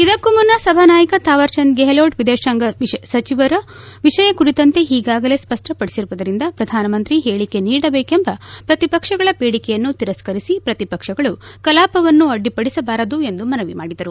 ಇದಕ್ಕೂ ಮುನ್ನ ಸಭಾನಾಯಕ ಥಾವರ್ಚಂದ್ ಗೆಹ್ಲೋಟ್ ವಿದೇತಾಂಗ ಸಚಿವರು ವಿಷಯ ಕುರಿತಂತೆ ಹೀಗಾಗಲೇ ಸ್ಪಷ್ಷಪಡಿಸಿರುವುದರಿಂದ ಪ್ರಧಾನಮಂತ್ರಿ ಹೇಳಿಕೆ ನೀಡಬೇಕೆಂಬ ಪ್ರತಿಪಕ್ಷಗಳ ಬೇಡಿಕೆಯನ್ನು ತಿರಸ್ಥರಿಸಿ ಪ್ರತಿಪಕ್ಷಗಳು ಕಲಾಪವನ್ನು ಅಡ್ಡಿಪಡಿಸಬಾರದು ಎಂದು ಮನವಿ ಮಾಡಿದರು